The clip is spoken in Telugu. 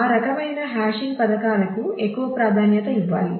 ఆ రకమైన హాషింగ్ పథకాలకు ఎక్కువ ప్రాధాన్యత ఇవ్వాలి